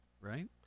right